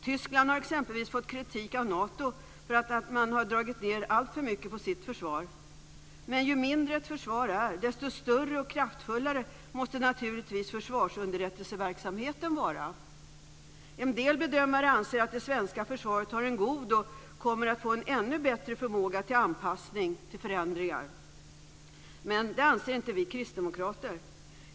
Tyskland har exempelvis fått kritik av Nato för att man har dragit ned alltför mycket på sitt försvar. Ju mindre ett försvar är, desto större och kraftfullare måste naturligtvis försvarsunderrättelseverksamheten vara. En del bedömare anser att det svenska försvaret har en god och kommer att få en ännu bättre förmåga till anpassning till förändringar. Det anser inte vi kristdemokrater.